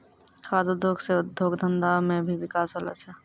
खाद्य उद्योग से उद्योग धंधा मे भी बिकास होलो छै